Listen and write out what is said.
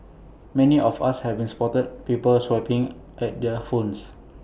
many of us have been spotted people swiping at their phones